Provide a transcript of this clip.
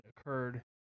occurred